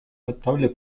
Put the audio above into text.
notable